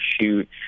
shoot